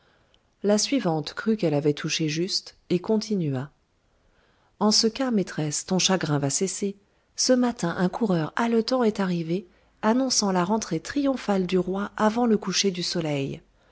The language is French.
la suivante crut qu'elle avait touché juste et continua en ce cas maîtresse ton chagrin va cesser ce matin un coureur haletant est arrivé annonçant la rentrée triomphale du roi avant le coucher du soleil